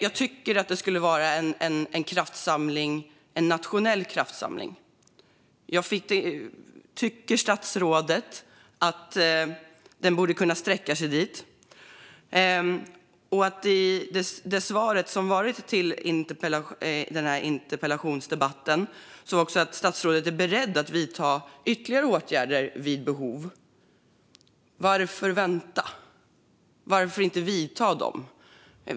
Jag tycker att det borde vara en nationell kraftsamling. Tycker statsrådet att den kan sträcka sig så långt? I interpellationssvaret säger statsrådet att han är beredd att vid behov vidta ytterligare åtgärder. Varför vänta? Varför inte vidta dem?